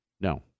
no